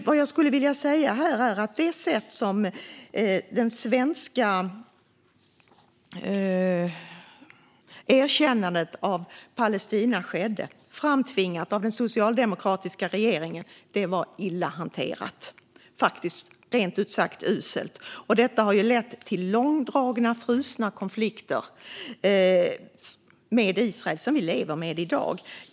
Det sätt på vilket det svenska erkännandet av Palestina skedde, framtvingat av den socialdemokratiska regeringen, var illa hanterat. Det var faktiskt rent ut sagt uselt. Detta har lett till långdragna frusna konflikter med Israel som vi lever med i dag.